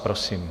Prosím.